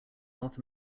north